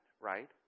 right